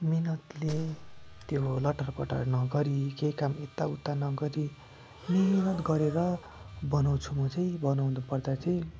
मेहनतले त्यो लटर पटर नगरी केही काम यताउता नगरी मेहनत गरेर बनाउँछु म चाहिँ बनाउनु पर्दा चाहिँ